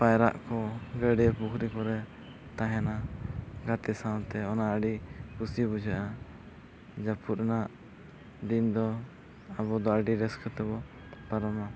ᱯᱟᱭᱨᱟᱜ ᱠᱚ ᱜᱟᱹᱰᱭᱟᱹ ᱯᱩᱠᱷᱨᱤ ᱠᱚᱨᱮᱜ ᱛᱟᱦᱮᱱᱟ ᱜᱟᱛᱮ ᱥᱟᱶᱛᱮ ᱚᱱᱟ ᱟᱹᱰᱤ ᱠᱩᱥᱤ ᱵᱩᱡᱷᱹᱜᱼᱟ ᱡᱟᱹᱯᱩᱫ ᱨᱮᱱᱟᱜ ᱫᱤᱱ ᱫᱚ ᱟᱵᱚ ᱫᱚ ᱟᱹᱰᱤ ᱨᱟᱹᱥᱠᱟᱹ ᱛᱮᱵᱚᱱ ᱯᱟᱨᱚᱢᱟ